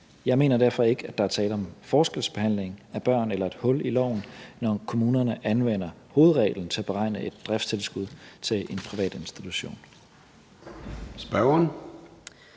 Jeg mener derfor ikke, at der er tale om forskelsbehandling af børn eller om et hul i loven, når kommunerne anvender hovedreglen til at beregne et driftstilskud til en privat institution.